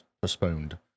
postponed